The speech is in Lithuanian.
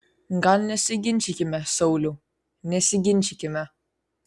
gal nesiginčykime sauliau nesiginčykime